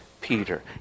Peter